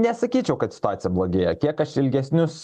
nesakyčiau kad situacija blogėja kiek aš ilgesnius